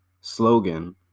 slogan